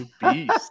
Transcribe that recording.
Beast